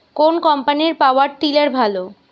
কোন কম্পানির power tiller ভালো?